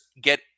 get